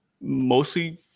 mostly